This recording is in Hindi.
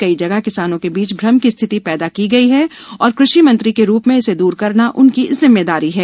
कई जगह किसानों के बीच भ्रम की स्थिति पैदा की गई है और कृषि मंत्री के रूप में इसे दूर करना उनकी जिम्मेदारी है